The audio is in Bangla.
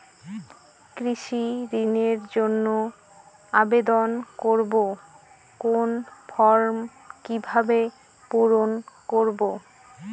কৃষি ঋণের জন্য আবেদন করব কোন ফর্ম কিভাবে পূরণ করব?